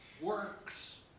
works